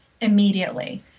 immediately